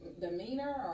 demeanor